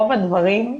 רוב הדברים,